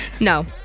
No